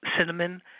cinnamon